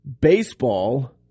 baseball